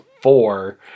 four